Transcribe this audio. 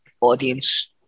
audience